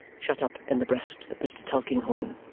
shut up in the breast of mr. tulkinghorn.